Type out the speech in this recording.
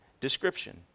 description